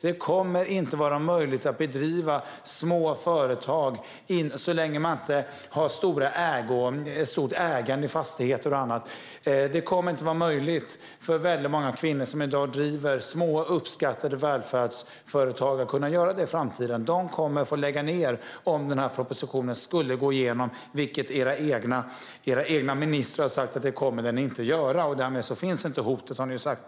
Det kommer inte att vara möjligt att driva små företag så länge man inte har ett stort ägande i fastigheter och annat. För väldigt många kvinnor som i dag driver små och uppskattade välfärdsföretag kommer det inte att vara möjligt att göra det i framtiden. De kommer att få lägga ned om propositionen går igenom. Era egna ministrar har dock sagt att den inte kommer att göra det. Därmed finns inget hot, har ni sagt.